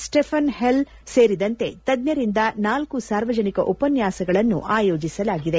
Stephen Hell ಸೇರಿದಂತೆ ತಜ್ಞರಿಂದ ನಾಲ್ಕು ಸಾರ್ವಜನಿಕ ಉಪನ್ಯಾಸಗಳನ್ನು ಆಯೋಜಿಸಲಾಗಿದೆ